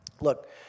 Look